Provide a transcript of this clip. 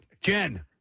Jen